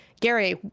Gary